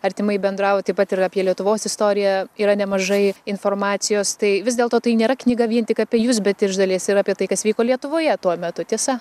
artimai bendravot tad ir apie lietuvos istoriją yra nemažai informacijos tai vis dėlto tai nėra knyga vien tik apie jus bet iš dalies ir apie tai kas vyko lietuvoje tuo metu tiesa